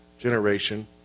generation